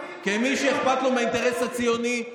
כמי שאכפת לו מהאינטרס הציוני,